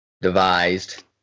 devised